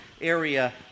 area